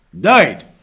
died